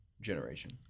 generation